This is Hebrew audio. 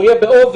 הוא יהיה באובר,